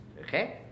okay